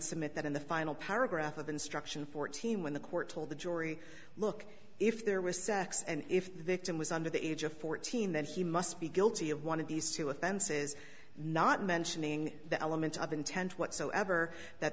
d submit that in the final paragraph of instruction fourteen when the court told the jury look if there was sex and if there was under the age of fourteen then he must be guilty of one of these two offenses not mentioning the element of intent whatsoever that